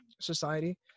society